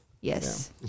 Yes